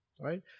right